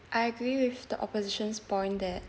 I agree with the opposition's point that